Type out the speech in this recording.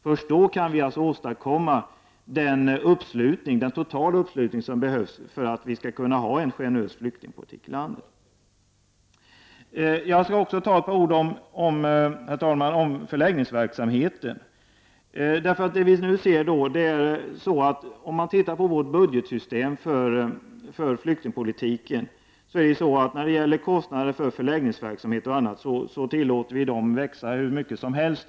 Först då kan vi åstadkomma den totala uppslutning som behövs för att vi skall kunna ha en generös flyktingpolitik i landet. Jag skulle, herr talman, vilja säga ett par ord om förläggningsverksamheten. I vårt budgetsystem för flyktingpolitiken tillåter vi kostnaderna för flyktingförläggningsverksamheten växa hur mycket som helst.